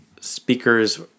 Speakers